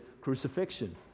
crucifixion